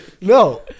No